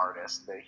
artist